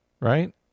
right